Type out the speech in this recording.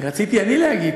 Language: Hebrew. רציתי אני להגיד.